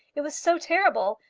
it was so terrible.